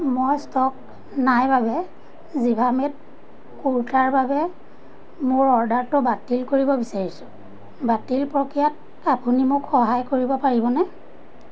মই ষ্টক নাই বাবে জিভামেত কুৰ্তাৰ বাবে মোৰ অৰ্ডাৰটো বাতিল কৰিব বিচাৰিছোঁ বাতিল প্ৰক্ৰিয়াত আপুনি মোক সহায় কৰিব পাৰিবনে